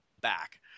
back